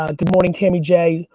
ah good morning, tammy j?